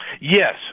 Yes